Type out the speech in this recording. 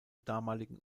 damaligen